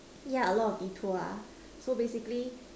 ya a lot of detour ah so basically